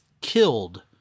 killed